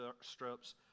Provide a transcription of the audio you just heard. strips